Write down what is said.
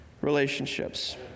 relationships